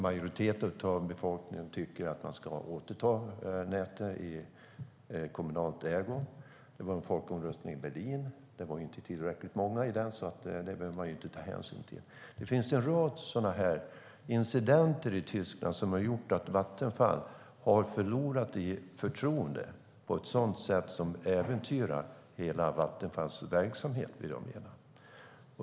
Majoriteten av befolkningen där tycker att man ska återta nätet i kommunalt ägo. Det var en folkomröstning i Berlin. Där var det inte tillräckligt många, så den behöver man inte ta hänsyn till. Det finns en rad incidenter i Tyskland som har gjort att Vattenfall har förlorat i förtroende på ett sådant sätt att det äventyrar hela Vattenfalls verksamhet.